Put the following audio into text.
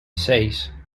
seis